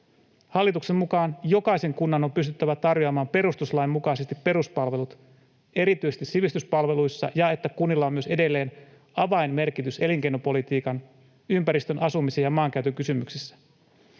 Hallituksen mukaan jokaisen kunnan on pystyttävä tarjoamaan perustuslain mukaisesti peruspalvelut erityisesti sivistyspalveluissa ja kunnilla on myös edelleen avainmerkitys elinkeinopolitiikan, ympäristön, asumisen ja maankäytön kysymyksissä.